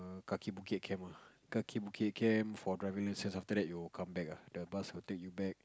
Kaki-Bukit camp ah Kaki-Bukit camp for driving license after that you will come back ah the bus will take you back